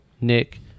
Nick